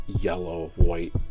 yellow-white